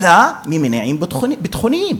אלא ממניעים ביטחוניים.